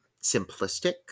simplistic